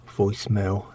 Voicemail